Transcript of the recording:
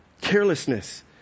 carelessness